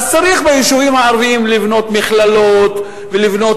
צריך ביישובים הערביים לבנות מכללות ולבנות